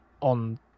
on